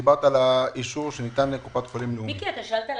דיברת על האישור שניתן לקופת חולים לאומית.